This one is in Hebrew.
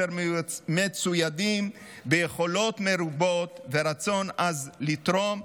אשר מצוידים ביכולות מרובות ורצון עז לתרום,